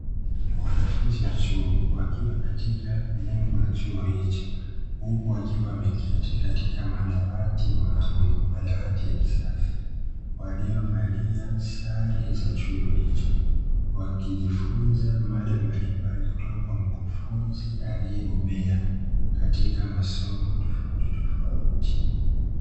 Wanafunzi wa chuo wakiwa katika jengo la chuo hicho, huku wakiwa wameketi katika madawati maalumu, madawati ya kisasa, waliovalia sare za chuo hicho, wakijifunza mada mbalimbali kutoka katika mkufunzi aliyebobea katika masomo tofautitofauti.